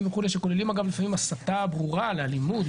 שכוללים אגב לפעמים הסתה ברורה לאלימות,